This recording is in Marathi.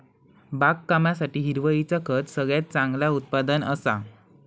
बागकामासाठी हिरवळीचा खत सगळ्यात चांगला उत्पादन असा